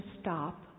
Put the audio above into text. stop